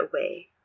away